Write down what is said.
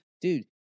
Dude